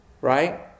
right